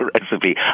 recipe